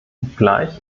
obgleich